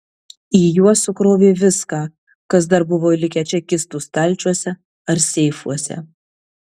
į juos sukrovė viską kas dar buvo likę čekistų stalčiuose ar seifuose